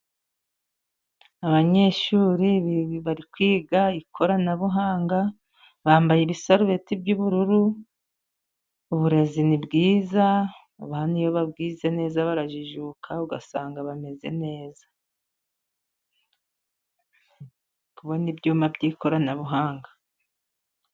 Abanyeshuri bari kwiga ikoranabuhanga. Bambaye ibisurubeti by'ubururu. Uburezi ni bwiza, abana iyo babwize neza barajijuka ugasanga bameze neza. Ndikubona ibyuma by'ikoranabuhanga.